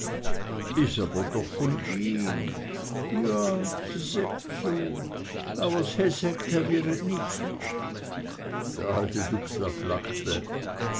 is aber doch von ihm joa se seggt so awers he seggt he wihr et nich der alte dubslav lachte